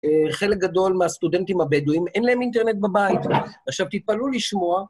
חלק גדול מהסטודנטים הבדואים אין להם אינטרנט בבית, עכשיו תתפלאו לשמוע.